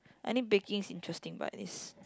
I think baking is interesting but is